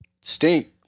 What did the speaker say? stink